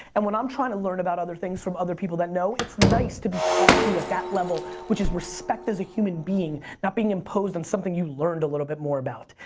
and when i'm trying to learn about other things from other people that know, it's nice to be talked to at that level, which is respect as a human being, not being imposed on something you learned a little bit more about.